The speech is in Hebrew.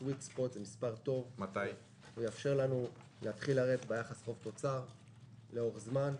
מספר טוב שיאפשר לנו להתחיל לרדת ביחס חוב תוצר לאורך זמן.